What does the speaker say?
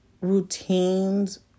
routines